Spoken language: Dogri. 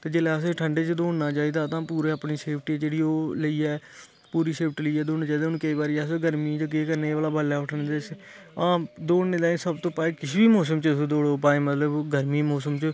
ते जेल्लै असें गी ठंडै च दौड़ना चाहिदा तां पूरे अपनी सेफ्टी जेह्ड़ी ओह् लेइयै पूरी सेफ्टी लेइयै दौड़ना चाहिदा हून केईं बारी अस गर्मियें च केह् करने आं भला बडलै उट्ठने ते हां दौड़ने ताईं सब तों भाई किश बी मौसम च तुस दौ़ड़ो भाएं मतलब गर्मियें दे मौसम च